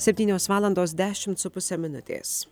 septynios valandos dešimt su puse minutės